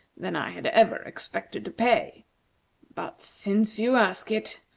than i had ever expected to pay but, since you ask it,